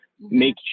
make